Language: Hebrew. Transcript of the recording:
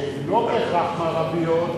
שהן לא בהכרח מערביות,